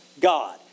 God